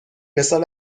مثال